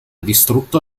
distrutto